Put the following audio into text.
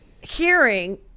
hearing